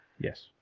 Yes